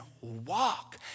walk